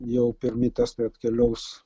jau pirmi testai atkeliaus